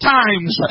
times